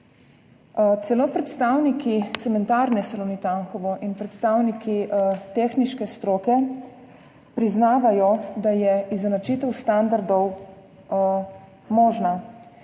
Celo predstavniki cementarne Salonit Anhovo in predstavniki tehniške stroke priznavajo, da je izenačitev standardov možna,